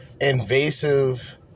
invasive